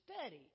study